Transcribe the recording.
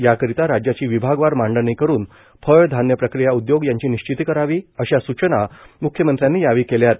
याकरिता राज्याची विभागवार मांडणी करून फळ धान्य प्रक्रिया उद्योग यांची निश्चिती करावी अशा सूचना मुख्यमंत्र्यांनी यावेळी केल्यात